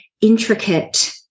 intricate